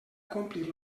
complir